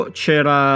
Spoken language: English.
c'era